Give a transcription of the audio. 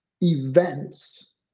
events